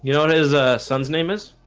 you know is a son's name is